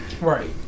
Right